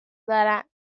دارم